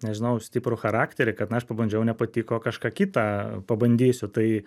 nežinau stiprų charakterį kad na aš pabandžiau nepatiko kažką kitą pabandysiu tai